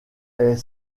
est